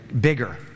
Bigger